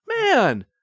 Man